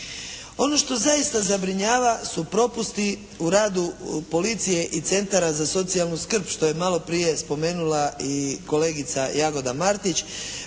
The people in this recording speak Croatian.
Ono što zaista zabrinjava su propusti u radu policije i centara za socijalnu skrb što je malo prije spomenula i kolegica Jagoda Martić,